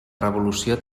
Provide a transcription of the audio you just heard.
revolució